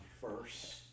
first